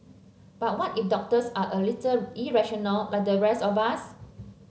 but what if doctors are a little irrational like the rest of us